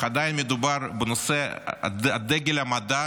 אך עדיין מדובר בנושא דגל המדע